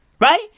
Right